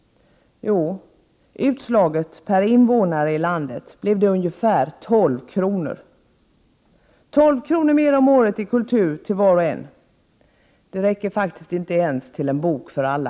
Jo, utslaget per invånare i landet blev det ungefär 12 kr., 12 kr. mer om året i kultur till var och en! Det räcker faktiskt inte ens till en bok för alla .